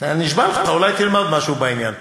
אני נשבע לך, אולי תלמד משהו בעניין.